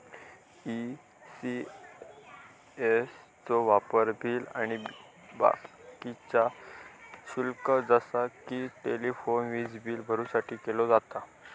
ECS चो वापर बिला आणि बाकीचा शुल्क जसा कि टेलिफोन, वीजबील भरुसाठी केलो जाता